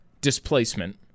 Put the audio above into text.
displacement